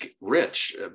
rich